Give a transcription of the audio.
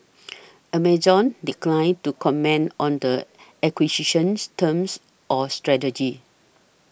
Amazon declined to comment on the acquisition's terms or strategy